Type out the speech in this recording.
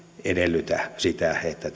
edellytä sitä että